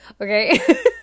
okay